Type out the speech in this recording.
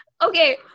Okay